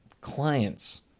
clients